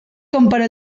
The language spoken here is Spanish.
comparó